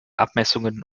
abmessungen